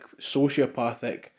sociopathic